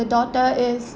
the daughter is